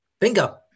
Bingo